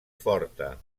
forta